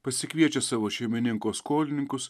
pasikviečia savo šeimininko skolininkus